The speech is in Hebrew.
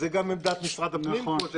זו גם עמדת משרד הפנים.